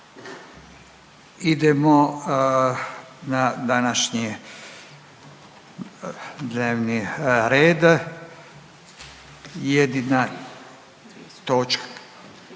Idemo na današnji dnevni red, jedina